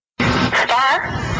Star